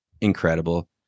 incredible